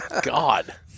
God